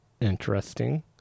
interesting